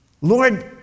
Lord